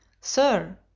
Sir